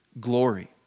glory